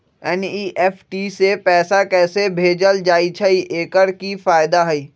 NEFT से पैसा कैसे भेजल जाइछइ? एकर की फायदा हई?